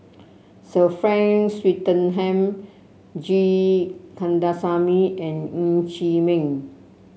Sir Frank Swettenham G Kandasamy and Ng Chee Meng